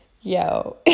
yo